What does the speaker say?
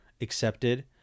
accepted